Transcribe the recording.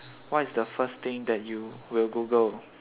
what is the first thing that you will Google